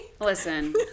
Listen